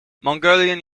mongolian